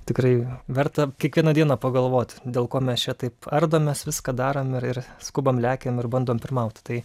tikrai verta kiekvieną dieną pagalvot dėl ko mes čia taip ardomės viską darom ir skubam lekiam ir bandom pirmaut tai